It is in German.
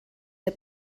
der